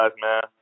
man